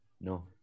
No